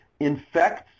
infects